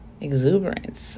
exuberance